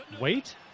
Wait